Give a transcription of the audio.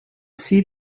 see